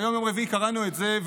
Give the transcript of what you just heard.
היום יום רביעי, קראנו את זה,